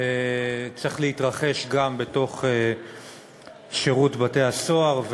צריך להתרחש גם בתוך שירות בתי-הסוהר.